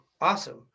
Awesome